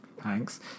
Thanks